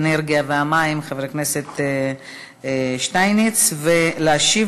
האנרגיה והמים חבר הכנסת שטייניץ להשיב